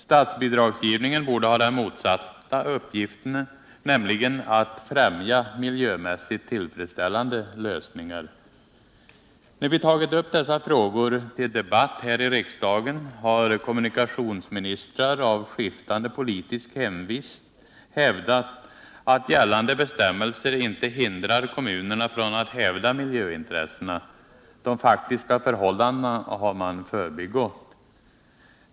Statsbidragsgivningen borde ha den motsatta uppgiften, nämligen att främja miljömässigt tillfredsställande lösningar. När vi har tagit upp dessa frågor till debatt här i riksdagen har kommunikationsministrar av skiftande politisk hemvist hävdat att gällande bestämmelser inte hindrar kommunerna från att hävda miljöintressen. De faktiska förhållandena har man förbigått.